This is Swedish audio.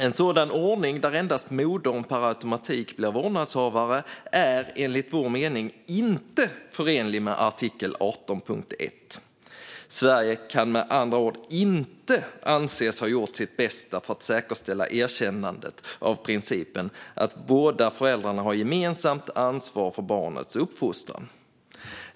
En sådan ordning, där endast modern per automatik blir vårdnadshavare, är enligt vår mening inte förenlig med artikel 18.1. Sverige kan med andra ord inte anses ha gjort sitt bästa för att säkerställa erkännandet av principen att båda föräldrarna har gemensamt ansvar för barnets uppfostran.